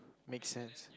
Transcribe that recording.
make sense